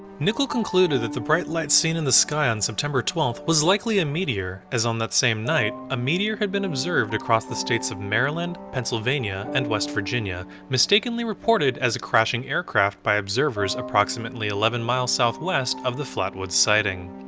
nickell concluded that the bright light seen in the sky on september twelve was likely a meteor, as on that same night, a meteor had been observed across the states of maryland, pennsylvania, and west virginia mistakenly reported as a crashing aircraft by observers, approximately eleven miles southwest of the flatwoods sighting.